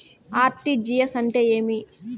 RTGS అంటే ఏమి?